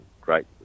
great